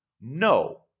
No